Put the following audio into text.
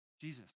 Jesus